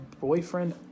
boyfriend